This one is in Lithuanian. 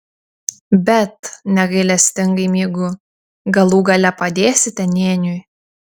bet negailestingai mygu galų gale padėsite nėniui